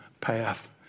path